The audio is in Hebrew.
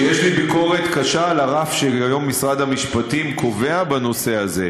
שיש לי ביקורת קשה על הרף שהיום משרד המשפטים קובע בנושא הזה.